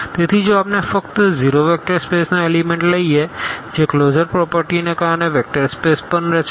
તેથી જો આપણે ફક્ત 0 વેક્ટર સ્પેસનો એલીમેન્ટ લઈએ જે ક્લોઝર પ્રોપરટીને કારણે વેક્ટર સ્પેસ પણ રચે છે